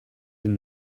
den